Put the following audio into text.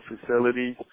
facilities